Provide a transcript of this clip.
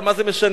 אבל מה זה משנה?